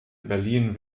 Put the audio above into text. berlin